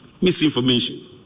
Misinformation